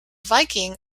viking